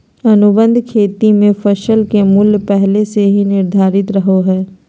अनुबंध खेती मे फसल के मूल्य पहले से ही निर्धारित रहो हय